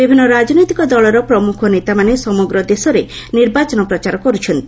ବିଭିନ୍ନ ରାଜନୈତିକ ଦଳର ପ୍ରମୁଖ ନେତାମାନେ ସମଗ୍ର ଦେଶରେ ନିର୍ବଚନ ପ୍ରଚାର କରୁଛନ୍ତି